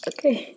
Okay